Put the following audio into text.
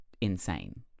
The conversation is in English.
insane